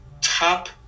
top